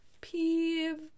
Peeve